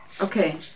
Okay